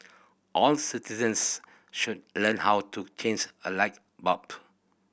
all citizens should learn how to change a light bump